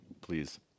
please